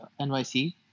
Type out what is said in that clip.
NYC